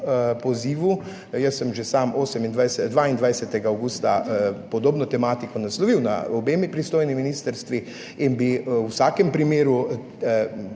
pozivu. Jaz sem že sam 22. avgusta podobno tematiko naslovil na obe pristojnimi ministrstvi in bi v vsakem primeru